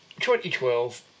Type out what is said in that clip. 2012